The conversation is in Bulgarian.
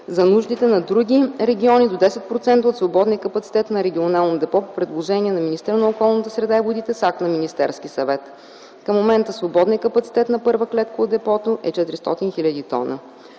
за нуждите на други региони на до 10% от свободния капацитет на Регионално депо по предложение на министъра на околната среда и водите с акт на Министерския съвет. Към момента свободният капацитет на първа клетка от депото е 400 хил. тона.